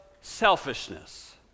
selfishness